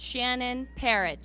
shannon parrot